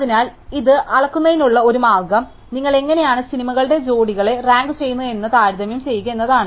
അതിനാൽ ഇത് അളക്കുന്നതിനുള്ള ഒരു മാർഗ്ഗം നിങ്ങൾ എങ്ങനെയാണ് സിനിമകളുടെ ജോഡികളെ റാങ്ക് ചെയ്യുന്നത് എന്ന് താരതമ്യം ചെയ്യുക എന്നതാണ്